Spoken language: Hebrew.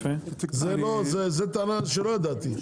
זה טענה שלא ידעתי.